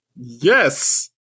Yes